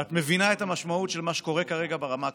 ואת מבינה את המשמעות של מה שקורה כרגע ברמה הכלכלית.